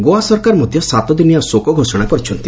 ଗୋଆ ସରକାର ମଧ୍ୟ ସାତଦିନିଆ ଶୋକ ଘୋଷଣା କରିଛନ୍ତି